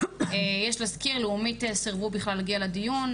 יש להזכיר -לאומית סרבו להגיע לדיון בכלל,